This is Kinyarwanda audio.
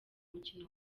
umukino